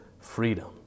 freedom